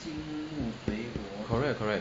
correct correct